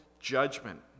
judgment